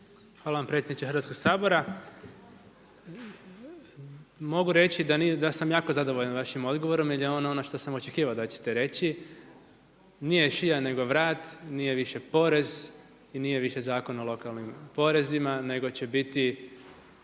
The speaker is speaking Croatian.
Hvala vam predsjedniče Hrvatskog sabora. Mogu reći da sam jako zadovoljan vašim odgovorom jel je ono što sam očekivao da ćete reći. Nije šija nego vrat, nije više porez i nije više zakon o lokalnim porezima nego će biti